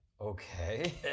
okay